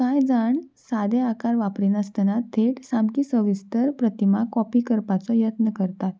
कांय जाण सादें आकार वापरिनासतना थेट सामकी सविस्तर प्रतिमा कॉपी करपाचो यत्न करतात